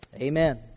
amen